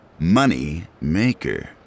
Moneymaker